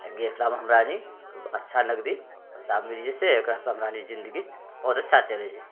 गेटलामे हमराअनी अच्छा नगदी मिल जाइ छै एकरासँ हमराअनी जिनगी बहुत अच्छा चलै छै